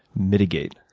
mitigate?